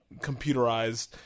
computerized